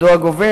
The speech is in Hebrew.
מדוע גובים.